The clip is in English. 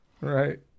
Right